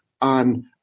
on